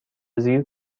زیر